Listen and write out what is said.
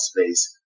space